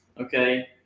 okay